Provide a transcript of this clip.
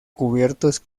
cubiertos